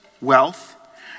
wealth